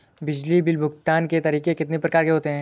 बिजली बिल भुगतान के तरीके कितनी प्रकार के होते हैं?